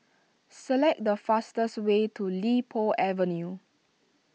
select the fastest way to Li Po Avenue